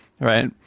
Right